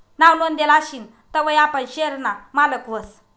नाव नोंदेल आशीन तवय आपण शेयर ना मालक व्हस